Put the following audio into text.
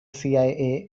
cia